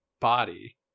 body